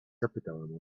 zapytałem